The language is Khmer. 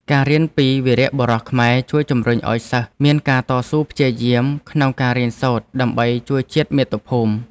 ការរៀនពីវីរបុរសខ្មែរជួយជំរុញឱ្យសិស្សមានការតស៊ូព្យាយាមក្នុងការរៀនសូត្រដើម្បីជួយជាតិមាតុភូមិ។